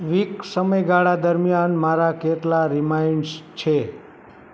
week સમયગાળા દરમિયાન મારા કેટલા રીમાઈન્ડ્સ છે